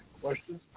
questions